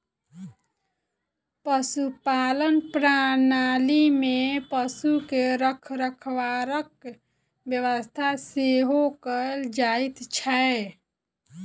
पशुपालन प्रणाली मे पशु के रखरखावक व्यवस्था सेहो कयल जाइत छै